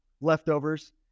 leftovers